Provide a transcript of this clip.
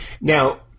Now